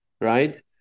right